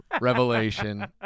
revelation